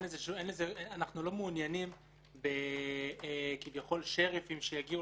אנחנו לא מעוניינים בשריפים כביכול שיגיעו